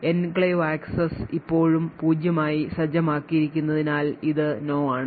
enclave access ഇപ്പോഴും പൂജ്യമായി സജ്ജമാക്കിയിരിക്കുന്നതിനാൽ ഇത് No ആണ്